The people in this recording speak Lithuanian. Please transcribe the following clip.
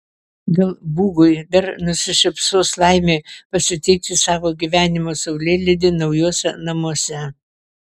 gal bugui dar nusišypsos laimė pasitikti savo gyvenimo saulėlydį naujuose namuose